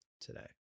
today